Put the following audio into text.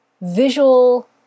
visual